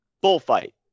bullfight